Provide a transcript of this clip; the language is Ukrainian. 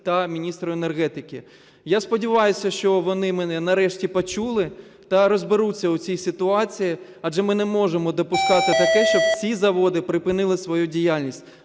та міністра енергетики. Я сподіваюся, що вони мене нарешті почули та розберуться у цій ситуації, адже ми не можемо допускати таке, щоб ці заводи припинили свою діяльність.